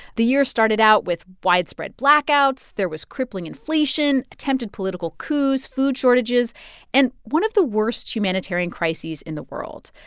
the year started out with widespread blackouts. there was crippling inflation, attempted political coups, food shortages and one of the worst humanitarian crises in the world.